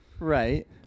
Right